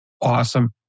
Awesome